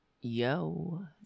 Yo